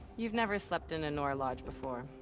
you've never slept in a nora lodge before.